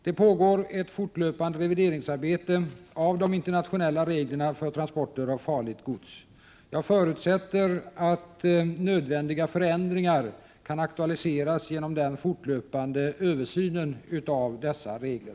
Det pågår ett fortlöpande revideringsarbete beträffande de internationella reglerna för transporter av farligt gods. Jag förutsätter att nödvändiga förändringar kan aktualiseras genom den fortlöpande översynen av dessa regler.